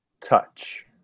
Touch